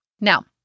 Now